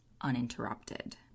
uninterrupted